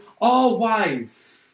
all-wise